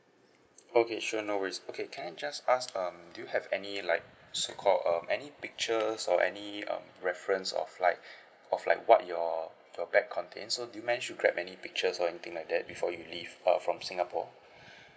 okay sure no worries okay can I just ask um do you have any like so called um any pictures or any err reference of like of like what your your bag contain so do you managed to grab any pictures or anything like that before you leave err from singapore